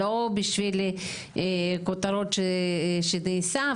לא בשביל כותרות שנעשה.